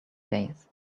days